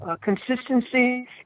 consistency